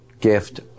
gift